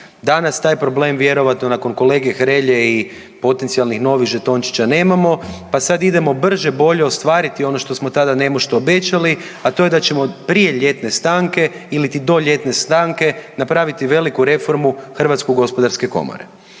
Danas taj problem vjerojatno nakon kolege Hrelje i potencijalnih novih žetončića nemamo, pa sad idemo brže bolje ostvariti ono što smo tada nemušto obećali, a to je da ćemo prije ljetne stanke iliti do ljetne stanke napraviti veliku reformu Hrvatske gospodarske komore.